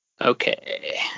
Okay